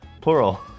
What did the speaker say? plural